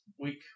week